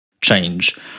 change